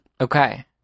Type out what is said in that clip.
Okay